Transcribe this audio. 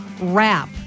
rap